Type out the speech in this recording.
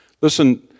Listen